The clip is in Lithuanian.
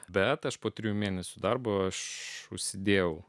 bet aš po trijų mėnesių darbo aš užsidėjau